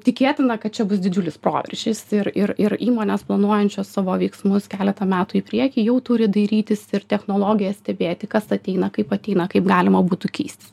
tikėtina kad čia bus didžiulis proveržis ir ir ir įmonės planuojančios savo veiksmus keletą metų į priekį jau turi dairytis ir technologijas stebėti kas ateina kaip ateina kaip galima būtų keistis